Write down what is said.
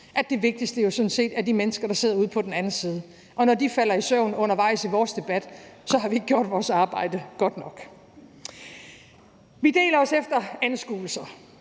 sådan set er de mennesker, der sidder ude på den anden side, og når de falder i søvn undervejs i vores debat, har vi ikke gjort vores arbejde godt nok. Vi deler os efter anskuelser.